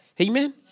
Amen